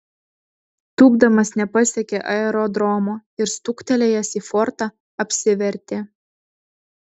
tūpdamas nepasiekė aerodromo ir stuktelėjęs į fortą apsivertė